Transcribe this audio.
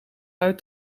uit